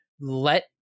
let